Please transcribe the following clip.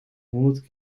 honderd